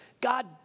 God